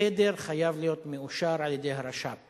התדר חייב להיות מאושר על-ידי הרש"פ,